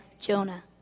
Jonah